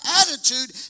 attitude